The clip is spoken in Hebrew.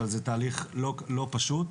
זה תהליך לא פשוט,